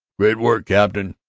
great work, captain!